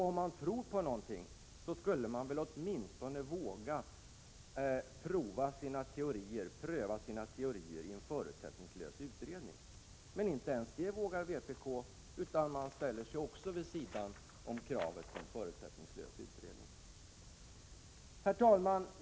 Om man tror på någonting, skall man väl åtminstone våga pröva sina teorier i en förutsättningslös utredning, men inte ens det vågar vpk utan ställer sig också vid sidan av kravet på en förutsättningslös utredning. Herr talman!